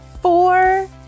four